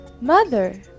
mother